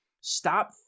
Stop